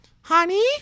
honey